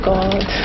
God